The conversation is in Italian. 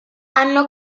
hanno